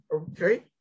Okay